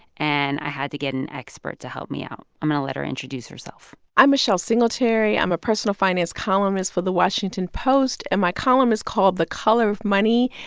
and i had to get an expert to help me out. i'm going to let her introduce herself i'm michelle singletary. i'm a personal finance columnist for the washington post. and my column is called the color of money,